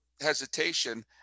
hesitation